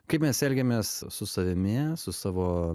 kaip mes elgiamės su savimi su savo